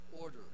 order